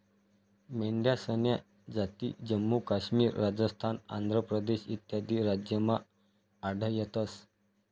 मेंढ्यासन्या जाती जम्मू काश्मीर, राजस्थान, आंध्र प्रदेश इत्यादी राज्यमा आढयतंस